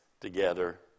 together